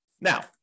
Now